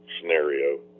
scenario